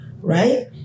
right